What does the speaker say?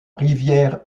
rivière